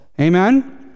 amen